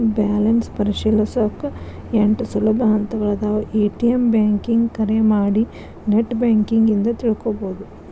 balance ಪರಿಶೇಲಿಸೊಕಾ ಎಂಟ್ ಸುಲಭ ಹಂತಗಳಾದವ ಎ.ಟಿ.ಎಂ ಬ್ಯಾಂಕಿಂಗ್ ಕರೆ ಮಾಡಿ ನೆಟ್ ಬ್ಯಾಂಕಿಂಗ್ ಇಂದ ತಿಳ್ಕೋಬೋದು